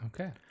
Okay